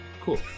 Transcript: Cool